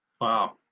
wow